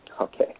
Okay